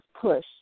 push